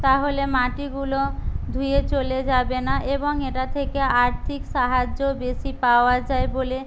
তাহলে মাটিগুলো ধুয়ে চলে যাবে না এবং এটা থেকে আর্থিক সাহায্য বেশি পাওয়া যায় বলে